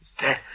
dead